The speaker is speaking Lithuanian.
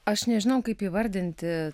aš nežinau kaip įvardinti